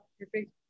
perfect